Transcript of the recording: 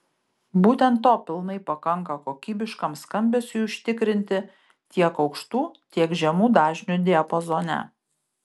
būtent to pilnai pakanka kokybiškam skambesiui užtikrinti tiek aukštų tiek žemų dažnių diapazone